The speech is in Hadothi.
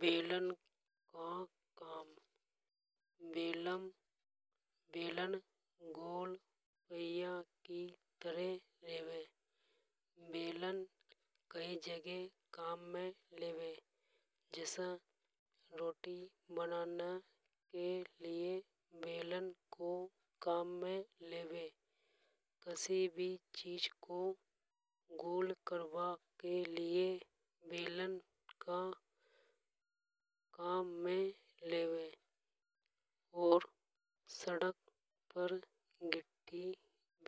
बेलन का काम बेलन गोल पहिया की तरह रेवे। बेलन कई जगह काम में लेवे जसा रोटी बनाने के लिए बेलन को काम में लेवे। कसी भी चीज को गोल करबा का बेलन काम में लेवे। और सड़क पर मिट्टी